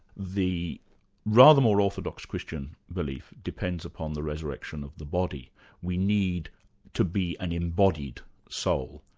the rather more orthodox christian belief depends upon the resurrection of the body we need to be an embodied soul.